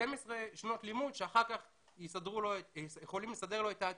12 שנות לימוד שאחר כך יכולים לסדר לו את העתיד,